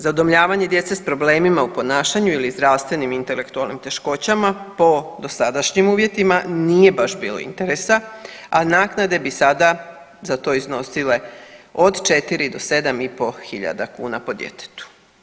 Za udomljavanje djece s problemima u ponašanju ili zdravstvenim intelektualnim teškoćama po dosadašnjim uvjetima nije baš bilo interesa, a naknade bi sada za to iznosile od 4 do 7.500 kuna po djetetu.